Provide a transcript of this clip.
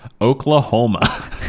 Oklahoma